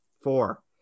four